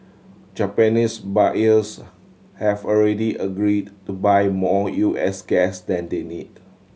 Japanese buyers have already agreed to buy more U S gas than they need